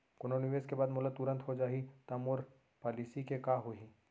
कोनो निवेश के बाद मोला तुरंत हो जाही ता मोर पॉलिसी के का होही?